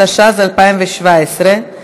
התשע"ז 2017,